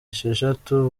esheshatu